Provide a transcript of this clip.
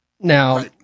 Now